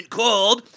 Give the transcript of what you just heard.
called